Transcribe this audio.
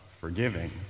forgiving